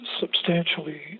substantially